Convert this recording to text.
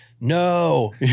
No